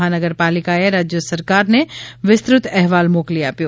મહાનગરપાલિકાએ રાજય સરકારને વિસ્તૃત અહેવાલ મોકલી આપ્યો